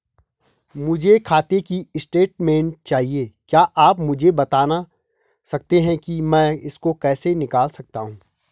मुझे खाते की स्टेटमेंट चाहिए क्या आप मुझे बताना सकते हैं कि मैं इसको कैसे निकाल सकता हूँ?